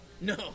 No